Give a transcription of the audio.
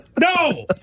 No